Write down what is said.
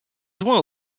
joint